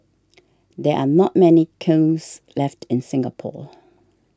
there are not many kilns left in Singapore